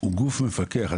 זה גוף מפקח.